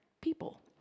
people